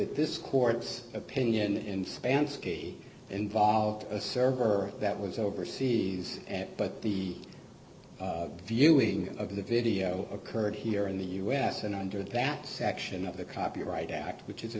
that this court's opinion inspanned skee involved a server that was overseas but the viewing of the video occurred here in the us and under that section of the copyright act which is